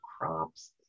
crops